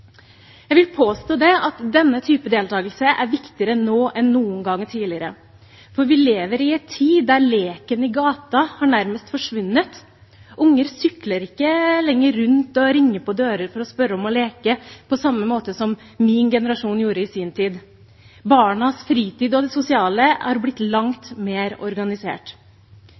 Jeg vil påstå at denne typen deltakelse er viktigere nå enn noen gang tidligere, for vi lever i en tid da leken i gata nærmest har forsvunnet. Unger sykler ikke lenger rundt og ringer på dører for å spørre om å leke på samme måte som min generasjon gjorde i sin tid. Barnas fritid og det sosiale er blitt langt mer organisert.